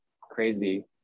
crazy